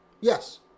Yes